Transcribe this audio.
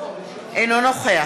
אינו נוכח